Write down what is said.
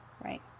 Right